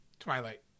twilight